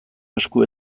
esku